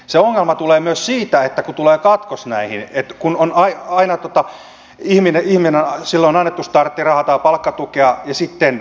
se ongelma tulee myös siitä että kun tulee katkos näihin on aina ihminen jolle on annettu starttirahaa tai palkkatukea ja sitten se loppuu